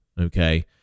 okay